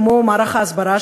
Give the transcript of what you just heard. כמו מערך ההסברה,